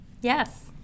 Yes